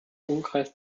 umkreis